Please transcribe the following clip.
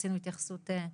שלום.